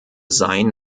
sein